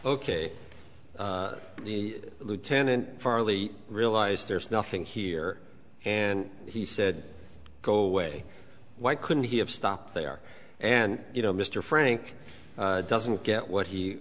say ok the lieutenant farley realized there's nothing here and he said go away why couldn't he have stopped there and you know mr frank doesn't get what he